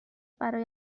برای